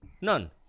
None